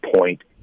point